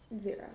Zero